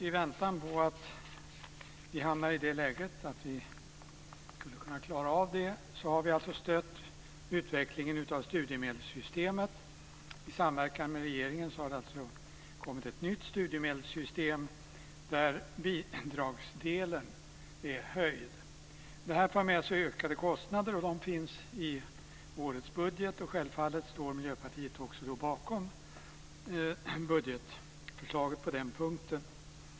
I väntan på att vi hamnar i ett läge där vi skulle kunna klara av det har vi alltså stött utvecklingen av studiemedelssystemet. Som ett resultat av vår samverkan med regeringen har det alltså kommit ett nytt studiemedelssystem där bidragsdelen är höjd. Det här för med sig ökade kostnader, och dessa finns i årets budget. Självfallet står Miljöpartiet också bakom budgetförslaget på den punkten.